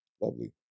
lovely